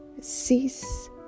cease